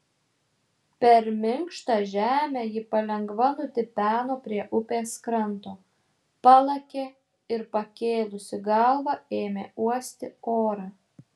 per minkštą žemę ji palengva nutipeno prie upės kranto palakė ir pakėlusi galvą ėmė uosti orą